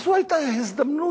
זו היתה הזדמנות,